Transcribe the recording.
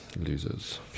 Losers